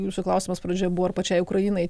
jūsų klausimas pradžioj buvo ar pačiai ukrainai